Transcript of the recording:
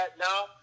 now